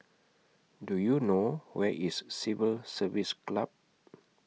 Do YOU know Where IS Civil Service Club